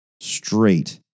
straight